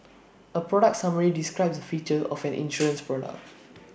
A product summary describes the features of an insurance product